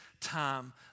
time